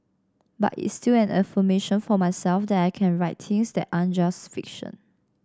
but it's still an affirmation for myself that I can write things that aren't just fiction